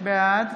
בעד